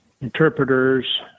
interpreters